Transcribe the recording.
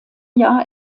jahr